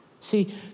See